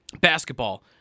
Basketball